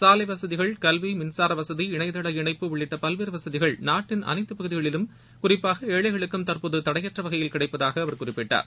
சாலை வசதிகள் கல்வி மின்சார வசதி இணையதள இணைப்பு உள்ளிட்ட பல்வேறு வசதிகள் நாட்டின் அனைத்து பகுதிகளிலும் குறிப்பாக ஏழைகளுககும் தற்போது தடையற்ற வகையில் கிடைப்பதாக அவர் குறிப்பிட்டார்